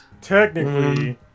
technically